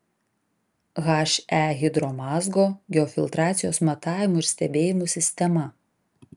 he hidromazgo geofiltracijos matavimų ir stebėjimų sistema